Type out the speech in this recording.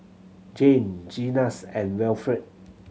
Jann Zenas and Wilfrid